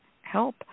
help